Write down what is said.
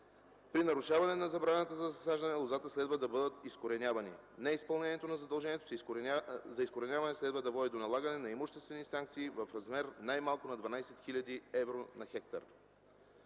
При нарушение на забраната за засаждане лозята следва да бъдат изкоренявани. Неизпълнението на задължението за изкореняване следва да води до налагане на имуществени санкции в размер най-малко на 12 хил. евро на хектар.